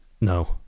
No